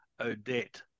odette